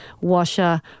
washer